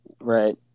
Right